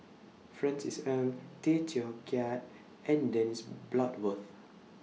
Francis Ng Tay Teow Kiat and Dennis Bloodworth